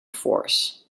force